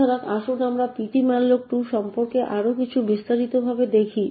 সুতরাং আসুন আমরা ptmalloc2 সম্পর্কে আরও একটু বিস্তারিতভাবে দেখি